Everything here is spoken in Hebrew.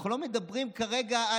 אנחנו לא מדברים כרגע,